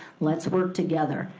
let's work together.